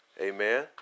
Amen